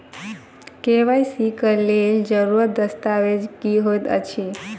KYC लेल जरूरी दस्तावेज की होइत अछि?